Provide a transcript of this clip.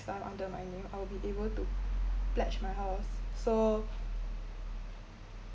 time under my name I will be able to pledge my house so